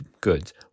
goods